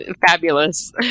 fabulous